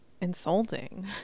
insulting